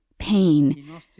pain